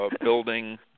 building